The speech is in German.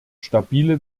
stabile